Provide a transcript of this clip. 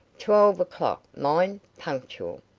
twelve o'clock, mind, punctual.